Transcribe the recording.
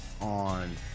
on